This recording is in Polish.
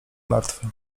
martwy